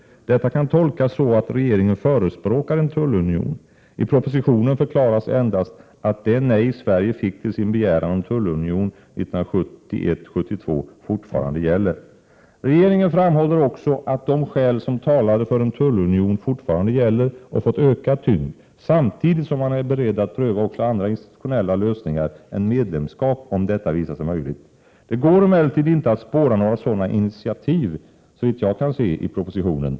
Detta kan tolkas så, att regeringen förespråkar en tullunion. I propositionen förklaras endast att det nej Sverige fick till sin begäran om tullunion 1971-1972 fortfarande gäller. Regeringen framhåller alltså att de skäl som talade för en tullunion fortfarande gäller och fått ökad tyngd, samtidigt som man är beredd att pröva också andra institutionella lösningar än medlemskap om detta visar sig möjligt. Det går emellertid inte, såvitt jag kan se, att spåra några sådana initiativ i propositionen.